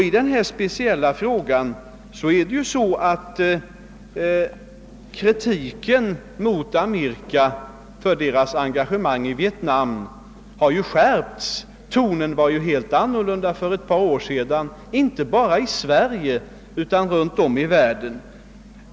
I den här speciella frågan har ju kritiken mot Amerikas engagemang i Vietnam skärpts. Tonen var något annorlunda för ett par år sedan, inte bara i Sverige utan runt om i världen.